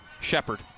Shepard